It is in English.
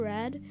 Red